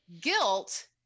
Guilt